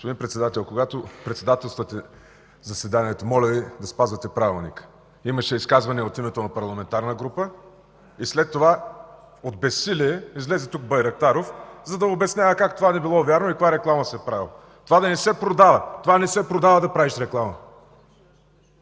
Господин Председател, когато председателствате заседанието, моля Ви да спазвате Правилника. Имаше изказване от името на парламентарна група и след това от безсилие излезе тук Байрактаров, за да обяснява как това не било вярно и каква реклама се правело. Това да не се продава? Това не се продава, за да правиш реклама.